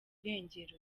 irengero